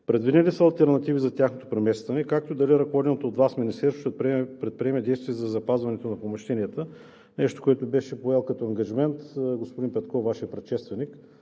предвидени ли са алтернативи за тяхното преместване, както и дали ръководеното от Вас Министерство ще предприеме действия за запазването на помещенията, нещо, което беше поел като ангажимент господин Петков, Вашият предшественик?